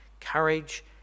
courage